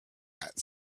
hat